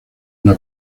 una